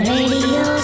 Radio